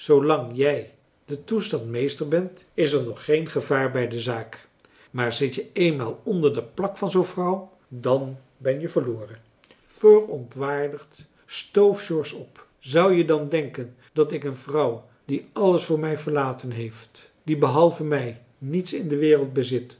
jij den toestand meester bent is er nog geen gevaar bij de zaak maar zit je eenmaal onder de plak van zoo'n vrouw dan ben je verloren verontwaardigd stoof george op zou je dan denken dat ik een vrouw die alles voor mij verlaten heeft die behalve mij niets in de wereld bezit